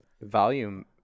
Volume